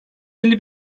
elli